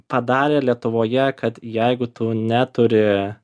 padarė lietuvoje kad jeigu tu neturi